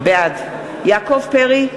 בעד יעקב פרי,